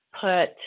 put